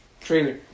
trailer